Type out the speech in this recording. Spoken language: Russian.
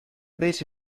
дойти